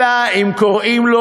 אלא אם כן קוראים לו